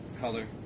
color